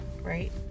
right